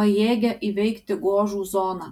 pajėgia įveikti gožų zoną